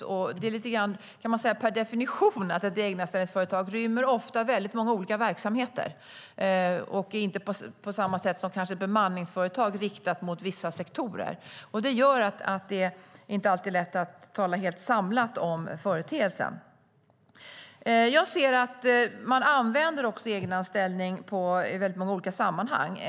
Man kan säga att det är lite grann per definition som egenanställningsföretag ofta rymmer många olika verksamheter, och de kanske inte på samma sätt som bemanningsföretag är riktade mot vissa sektorer. Det gör att det inte alltid är lätt att tala om dem som en helt samlad företeelse. Jag ser att man använder egenanställning i många olika sammanhang.